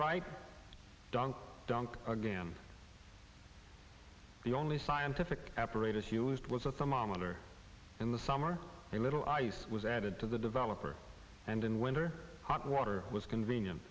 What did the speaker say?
right dunk dunk or gram the only scientific apparatus used was a thermometer in the summer a little ice was added to the developer and in winter hot water was convenient